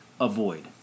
Avoid